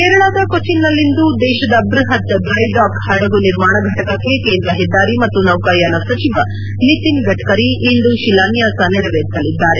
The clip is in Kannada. ಕೇರಳದ ಕೊಟ್ಟನ್ನಲ್ಲಿಂದು ದೇಶದ ಬೃಹತ್ ಡ್ರೈ ಡಾಕ್ ಹಡಗು ನಿರ್ಮಾಣ ಫಟಕಕ್ಕೆ ಕೇಂದ್ರ ಹೆದ್ದಾರಿ ಮತ್ತು ನೌಕಾಯಾನ ಸಚಿವ ನಿತಿನ್ ಗಡ್ನರಿ ಇಂದು ಶಿಲಾನ್ಗಾಸ ನೆರವೇರಿಸಲಿದ್ದಾರೆ